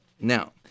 now